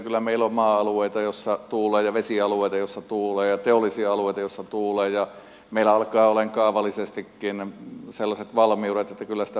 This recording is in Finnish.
kyllä meillä on maa alueita joilla tuulee ja vesialueita joilla tuulee ja teollisia alueita joilla tuulee ja meillä alkaa olemaan kaavallisestikin sellaiset valmiudet että kyllä sitä pystytään rakentamaan